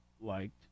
liked